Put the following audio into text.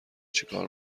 چیکار